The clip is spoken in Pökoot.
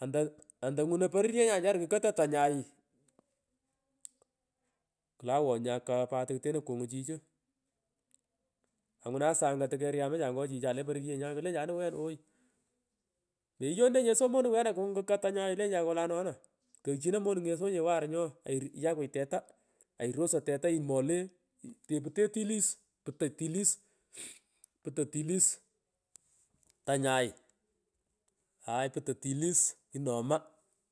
onto onto ngunoy pororyenyan kukotoy tanyay mmh klo owo nyakaghan pat tokuteno kungan chichu mmh angunan astanga takeryamacha ngo chichay le pororyenyan klo wena ooy meyo nurenyinyeso monung weena kungun kukat tanyai iolensan kolano na kongchiino monunge sonye warunga aiyaakwuy teta airosoy teta imobey teputey tilis putuy tilis mmgh putoy tilis tanyay putoy tilis kinoghoy ma.